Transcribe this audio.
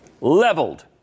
leveled